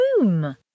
room